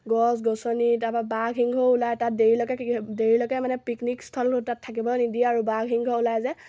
গছ গছনি তাৰপৰা বাঘ সিংহ ওলাই তাত দেৰিলৈকে দেৰিলৈকে মানে পিকনিক স্থল তাত থাকিব নিদিয়ে আৰু বাঘ সিংহ ওলায় যে